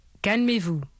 Calmez-vous